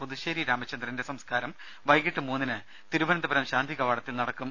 പുതുശ്ശേരി രാമചന്ദ്രൻറെ സംസ്കാരം വൈകിട്ട് മൂന്നിന് തിരുവനന്തപുരം ശാന്തി കവാടത്തിൽ നടക്കും